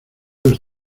los